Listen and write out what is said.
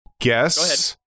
guess